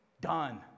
Done